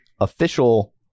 official